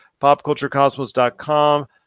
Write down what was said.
popculturecosmos.com